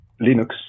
Linux